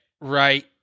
right